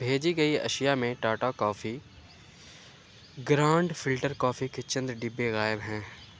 بھیجی گئی اشیاء میں Tata coffee grand filter coffee کے چند ڈبے غائب ہیں